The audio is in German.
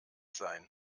sein